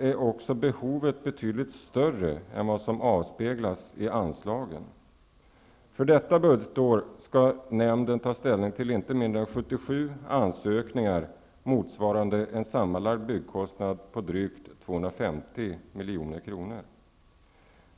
är också behovet betydligt större än vad som avspeglas i anslagen. För detta budgetår skall nämnden ta ställning till inte mindre än 77 ansökningar, motsvarande en sammanlagd byggkostnad av drygt 250 milj.kr.